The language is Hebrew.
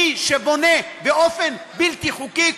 מי שבונה באופן בלתי חוקי,